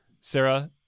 sarah